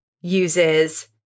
uses